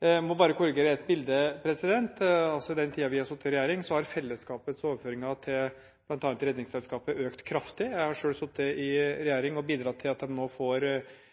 Jeg må bare korrigere et bilde: Den tiden vi har sittet i regjering, har fellesskapets overføringer til bl.a. Redningsselskapet økt kraftig. Jeg har selv sittet i